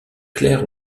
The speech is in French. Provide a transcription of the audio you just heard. claire